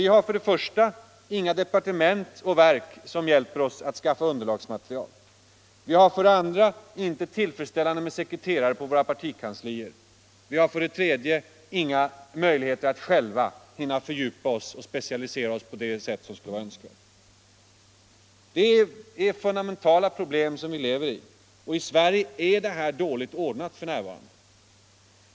Vi har för det första inga departement och verk som hjälper oss att skaffa underlagsmaterial: Vi har för det andra inte tillräckligt antal sekreterare på våra partikanslier. Vi har för det tredje inga möjligheter att själva hinna fördjupa oss och specialisera oss på det sätt som skulle vara önskvärt. Det är fundamentala problem, och i Sverige är detta dåligt ordnat f. n.